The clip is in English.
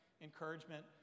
encouragement